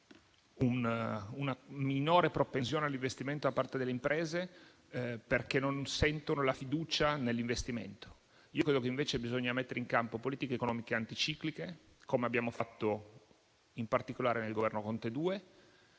una minore propensione all'investimento da parte delle imprese, perché non sentono la fiducia nell'investimento. Ritengo invece che bisogni mettere in campo politiche economiche anticicliche, come abbiamo fatto in particolare nel Governo Conte II,